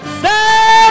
say